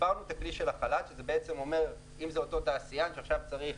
שיפרנו את הכלי של החל"ת שזה אומר שאם זה אותו תעשיין שעכשיו צריך